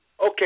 Okay